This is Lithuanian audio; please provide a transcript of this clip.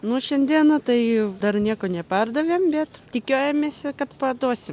nuo šiandiena tai dar nieko nepardavėme bet tikimės kad parduosime